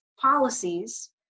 policies